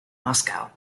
moscow